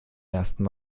ersten